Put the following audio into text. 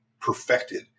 perfected